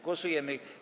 Głosujemy.